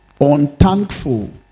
unthankful